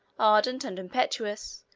ardent and impetuous,